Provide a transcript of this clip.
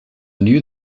knew